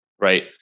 Right